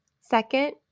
Second